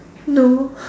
no